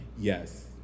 Yes